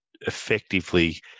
effectively